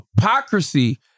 hypocrisy